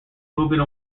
moving